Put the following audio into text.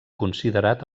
considerat